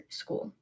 school